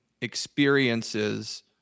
experiences